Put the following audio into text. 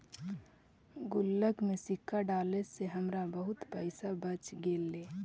गुल्लक में सिक्का डाले से हमरा बहुत पइसा बच गेले